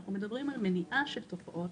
כשאנחנו מדברים על מניעה של תופעות,